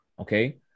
okay